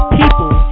people